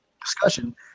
discussion